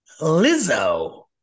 Lizzo